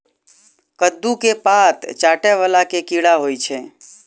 कद्दू केँ पात चाटय वला केँ कीड़ा होइ छै?